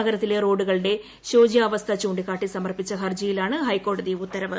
നഗരത്തിലെ റോഡുകളുടെ ശോച്യാവസ്ഥ ചൂണ്ടിക്കാട്ടി സമർപ്പിച്ച ഹർജിയിലാണ് ഹൈക്കോടതി ഉത്തരവ്